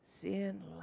Sin